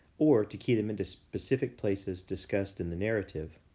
or to key them into specific places discussed in the narrative.